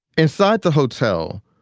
inside the hotel,